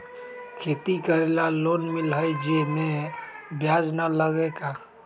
खेती करे ला लोन मिलहई जे में ब्याज न लगेला का?